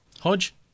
Hodge